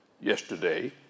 yesterday